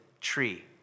tree